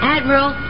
Admiral